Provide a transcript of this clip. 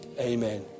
amen